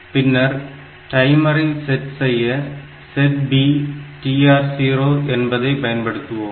பின்னர் டைமரை செட் செய்ய SETB TR0 என்பதை பயன்படுத்துவோம்